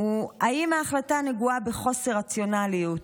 הוא האם ההחלטה נגועה בחוסר רציונליות,